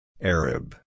Arab